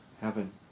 heaven